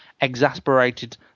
exasperated